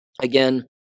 Again